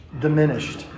diminished